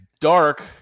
dark